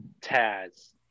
Taz